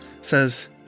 says